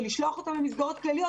ולשלוח אותם למסגרות כלליות.